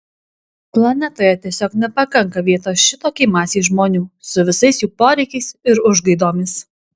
planetoje tiesiog nepakanka vietos šitokiai masei žmonių su visais jų poreikiais ir užgaidomis